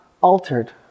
altered